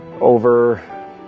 over